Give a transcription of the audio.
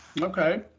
Okay